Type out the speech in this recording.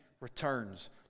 returns